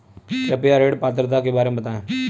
कृपया ऋण पात्रता के बारे में बताएँ?